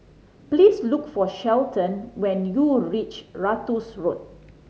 please look for Shelton when you reach Ratus Road